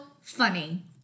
funny